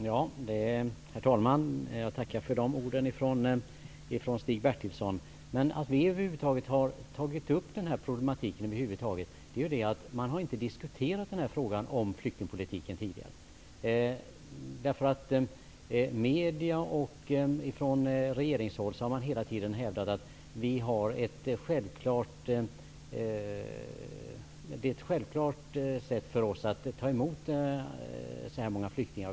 Herr talman! Jag tackar för de orden från Stig Bertilsson. Att vi över huvud taget har tagit upp denna problematik beror på att man inte har diskuterat frågan om flyktingpolitiken tidigare. Från medierna och från regeringshåll har man hela tiden hävdat att Sverige självklart skall ta emot så här många flyktingar.